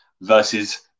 versus